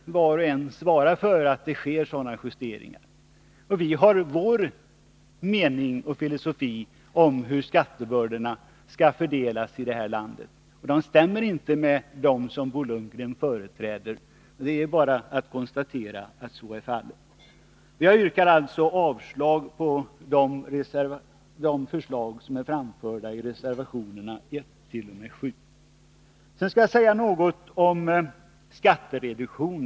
Var och en får svara för att sådana justeringar sker. Vi har vår mening och filosofi om hur skattebördorna skall fördelas i det här landet, och vår uppfattning stämmer inte med den som Bo Lundgren företräder — det är bara att konstatera att så är fallet. Jag yrkar avslag på de förslag som är framförda i reservationerna 1-7. Sedan skall jag säga något om skattereduktion.